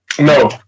No